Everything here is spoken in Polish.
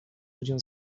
ludziom